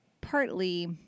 partly